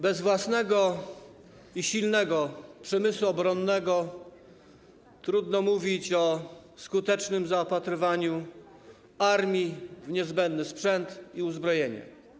Bez własnego i silnego przemysłu obronnego trudno mówić o skutecznym zaopatrywaniu armii w niezbędny sprzęt i uzbrojenie.